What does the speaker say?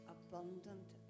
abundant